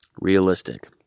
Realistic